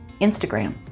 Instagram